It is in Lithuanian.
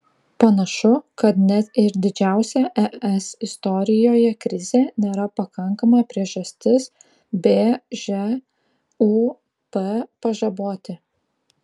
panašu kad net ir didžiausia es istorijoje krizė nėra pakankama priežastis bžūp pažaboti